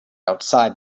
outside